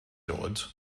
dod